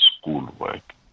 schoolwork